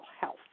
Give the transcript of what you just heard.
health